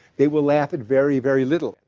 they will laugh at very, very little.